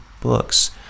books